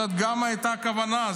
זאת גם הייתה הכוונה,